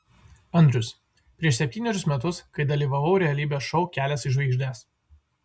andrius prieš septynerius metus kai dalyvavau realybės šou kelias į žvaigždes